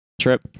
Trip